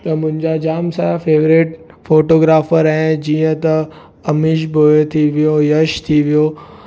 त मुंहिंजा जामु सारा फेवरेट फोटोग्राफर ऐं जीअं त अमीश बोए थी वियो यश थी वियो